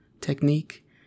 technique